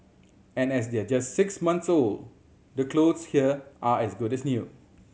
and as they're just six months old the clothes here are as good as new